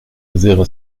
zéro